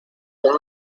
han